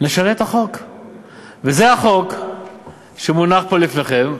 וזה החוק שמונח פה לפניכם.